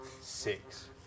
Six